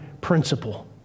principle